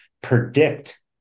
predict